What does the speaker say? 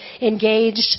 engaged